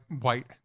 White